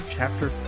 chapter